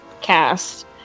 cast